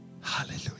Hallelujah